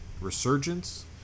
Resurgence